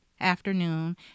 afternoon